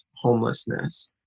homelessness